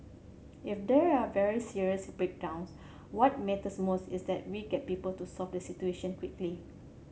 if there are very serious breakdowns what matters most is that we get people to solve the situation quickly